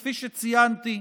כפי שציינתי,